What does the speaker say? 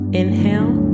inhale